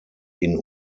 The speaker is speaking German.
ihn